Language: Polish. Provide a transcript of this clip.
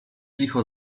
licho